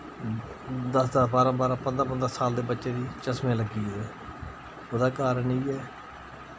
दस दस बारां बारां पन्द्रां पन्द्रां साल दे बच्चे दी चश्में लग्गी गेदे उ'दा कारण इयै